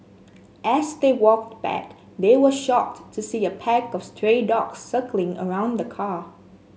as they walked back they were shocked to see a pack of stray dogs circling around the car